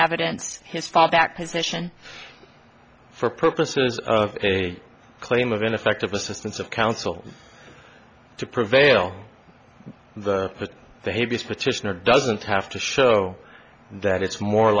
evidence his fall back position for purposes of a claim of ineffective assistance of counsel to prevail the behavior petitioner doesn't have to show that it's more